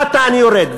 למטה אני יורד,